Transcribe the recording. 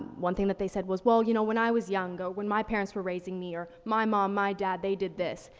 one thing that they said was, well, you know, when i was young, or when my parents were raising me, or my mom, my dad, they did this,